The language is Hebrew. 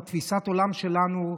תפיסת העולם שלנו,